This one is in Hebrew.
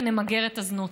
ונמגר את הזנות.